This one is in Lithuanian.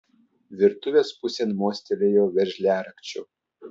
virtuvės pusėn mostelėjau veržliarakčiu